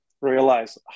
realize